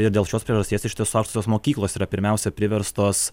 ir dėl šios priežasties ištisoms tos mokyklos yra pirmiausia priverstos